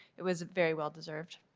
it was very well deserved.